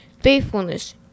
faithfulness